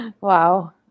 Wow